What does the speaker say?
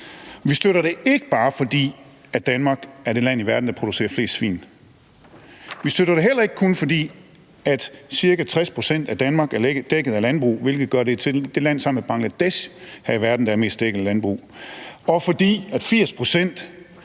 Vi støtter det ikke bare, fordi Danmark er det land i verden, der producerer flest svin. Vi støtter det heller ikke kun, fordi ca. 60 pct. af Danmark er dækket af landbrug, hvilket sammen med Bangladesh gør os til det land her i verden, der er mest dækket af landbrug; eller fordi 80